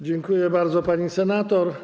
Dziękuję bardzo, pani senator.